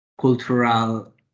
cultural